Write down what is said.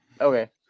Okay